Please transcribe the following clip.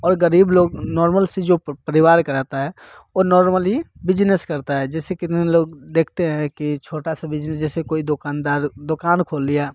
और गरीब लोग नॉर्मल से जो परिवार के रहता है वो नॉर्मली बिजनेस करता है जैसे कितने लोग देखते हैं कि छोटा सा बिजनेस जैसे कोई दुकानदार दुकान खोल लिया